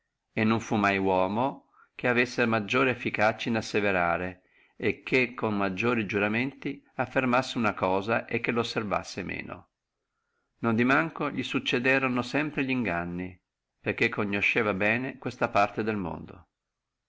e non fu mai uomo che avessi maggiore efficacia in asseverare e con maggiori giuramenti affermassi una cosa che losservassi meno non di meno la succederono li inganni ad votum perché conosceva bene questa parte del mondo